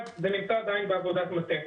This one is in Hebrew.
אחד, זה נמצא עדיין בעבודת מטה.